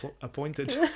appointed